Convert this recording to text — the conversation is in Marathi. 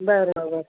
बराेबर